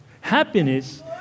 Happiness